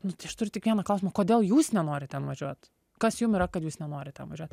nu tai aš turiu tik vieną klausimą kodėl jūs nenorit ten važiuot kas jum yra kad jūs nenorit ten važiuot